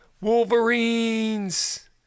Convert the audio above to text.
Wolverines